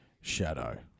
shadow